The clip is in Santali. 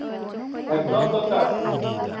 ᱮᱠᱫᱚᱢ ᱫᱚᱨᱠᱟᱨ